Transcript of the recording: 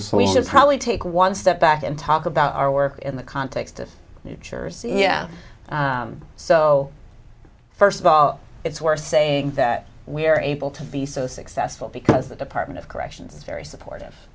was we should probably take one step back and talk about our work in the context of yeah so first of all it's worth saying that we are able to be so successful because the department of corrections is very supportive